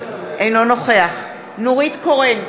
אינו נוכח נורית קורן,